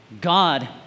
God